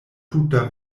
tuta